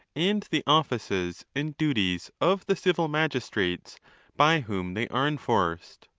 and the offices and duties of the civil magistrates by whom they are enforced.